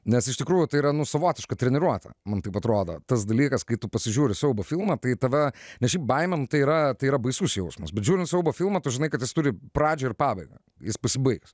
nes iš tikrųjų tai yra nu savotiška treniruotė man taip atrodo tas dalykas kai tu pasižiūri siaubo filmą tai tave nes šiaip baimė nu tai yra tai yra baisus jausmas bet žiūrint siaubo filmą tu žinai kad jis turi pradžią ir pabaigą jis pasibaigs